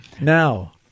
Now